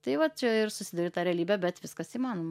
tai va čia ir susiduri tą realybę bet viskas įmanoma